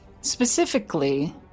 Specifically